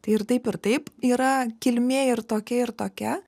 tai ir taip ir taip yra kilmė ir tokia ir tokia